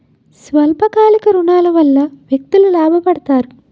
స్వల్ప కాలిక ఋణాల వల్ల వ్యక్తులు లాభ పడతారు